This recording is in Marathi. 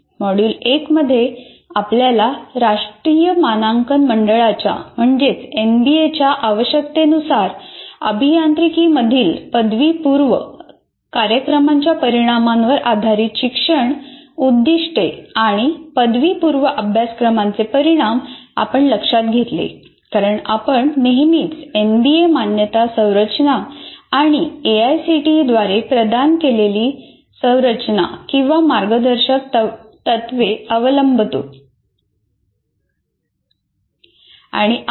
मॉड्यूल 1 मध्ये आपल्याला राष्ट्रीय मान्यता मंडळाच्या आवश्यकतेनुसार अभियांत्रिकीमधील पदवीपूर्व कार्यक्रमाच्या परिणामांवर आधारित शिक्षण उद्दीष्टे आणि पदवीपूर्व अभ्यासक्रमांचे परिणाम आपण लक्षात घेतले कारण आपण नेहमीच एनबीए मान्यता संरचना किंवा एआयसीटीई द्वारे प्रदान केलेली संरचना किंवा मार्गदर्शक तत्त्वे अवलंबतो